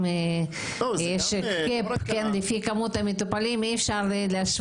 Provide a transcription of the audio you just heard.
יש עוד מרפאות שאנחנו מאוד רוצים לפתח ולהקים אבל אין לנו באמת מומחים